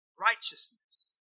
righteousness